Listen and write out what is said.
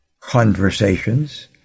conversations